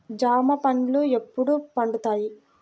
జామ పండ్లు ఎప్పుడు పండుతాయి?